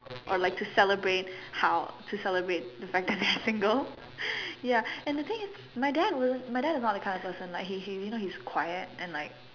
or like to celebrate how to celebrate the fact that I'm single ya and the thing is my dad wasn't my dad is not that kind of person like he he you know he's quiet and like